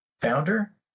founder